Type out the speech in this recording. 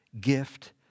gift